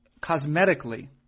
cosmetically